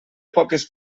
poques